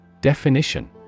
Definition